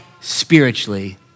spiritually